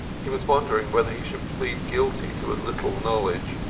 he was wondering whether he should plead guilty to a little knowledge,